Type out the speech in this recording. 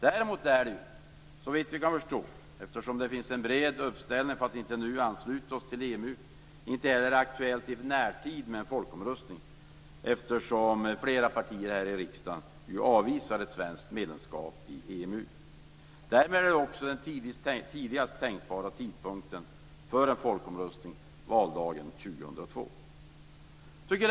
Däremot är det inte - såvitt vi kan förstå, eftersom det finns en bred uppställning för att inte nu ansluta oss till EMU - i närtid aktuellt med en folkomröstning eftersom flera partier här i riksdagen avvisar ett medlemskap i EMU. Därmed är också den tidigast tänkbara tidpunkten för en folkomröstning valdagen 2002. Fru talman!